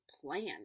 plan